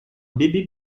bébé